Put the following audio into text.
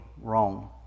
wrong